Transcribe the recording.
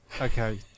Okay